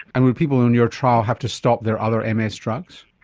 and will people in your trial have to stop their other ms drugs?